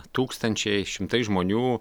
tūkstančiai šimtai žmonių